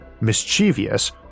mischievous